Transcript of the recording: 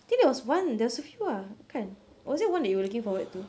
I think there was one there was a few ah kan was there one that you were looking forward to